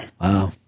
Wow